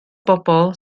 bobl